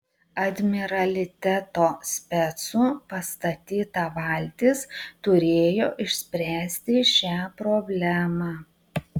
admiraliteto specų pastatyta valtis turėjo išspręsti šią problemą